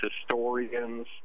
historians